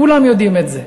כולם יודעים את זה.